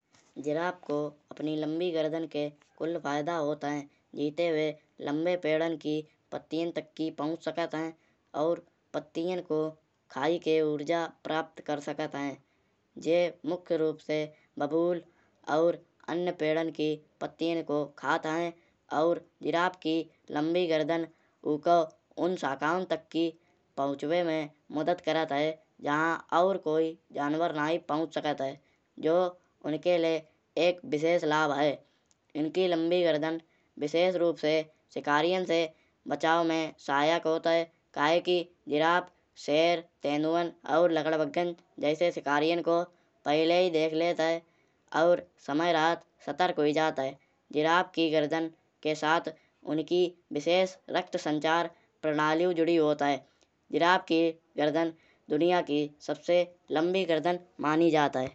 जिराफ को अपनी लंबी गर्दन के कुल फायदा होत है। जीते बे लंबे पेड़न की पत्तियाँ तक्की पहुँच सकत है। और पत्तियाँ को खायके ऊर्जा प्राप्त कर सकत है। जे मुख्य रूप से बबूल और अन्य पेड़न की पत्तियाँ को खात है। और जिराफ की लंबी गर्दन उको उन शाखाओ तक की पहुँचबे में मदद करात है। जहाँ और कोई जंवर नाहीं पहुँच सकत है। जो उनके लय एक विशेष लाभ है। इनकी लंबी गर्दन विशेष रूप से शिकारीयाँ से बचाव में सहायक होत है। क्येकि जिराफ शेर तेंदुआं और लकड़बग्घा जैसे शिकारीयाँ को पहले ही देख लेत है। और समय रहत सतर्क होई जात है। जिराफ की गर्दन के साथ उनकी विशेष रक्त संचार प्रणाली जुड़ी होत है। जिराफ की गर्दन दुनिया की सबसे लंबी गर्दन मानी जात है।